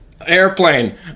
Airplane